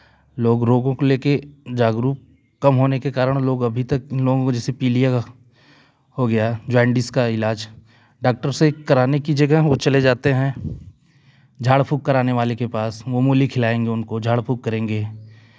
लोग रोगों को लेके जागरूक कम होने के कारण लोग अभी तक इन लोगों को जैसे पीलिया हो गया जॉन्डिस का इलाज डॉक्टर से कराने की जगह वो चले जाते हैं झाड़फूँक कराने वाले के पास वो मूली खिलाएँगे उनको झाड़ फूँक करेंगे